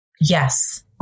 Yes